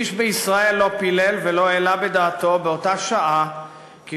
איש בישראל לא פילל ולא העלה בדעתו באותה שעה כי